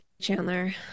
chandler